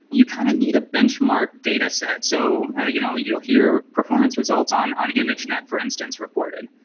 you kind of need a benchmark dataset. so ah you know you'll hear performance results on on image net, for instance, reported.